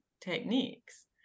techniques